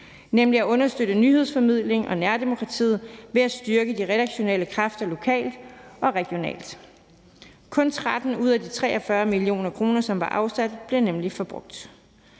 nemlig at understøtte nyhedsformidlingen og nærdemokratiet ved at styrke de redaktionelle kræfter lokalt og regionalt. Kun 13 ud af 43 mio. kr., som var afsat, blev nemlig brugt.